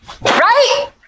Right